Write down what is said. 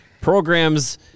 programs